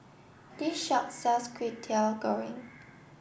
this shop sells Kway Teow Goreng